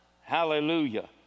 Hallelujah